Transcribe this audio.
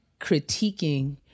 critiquing